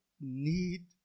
need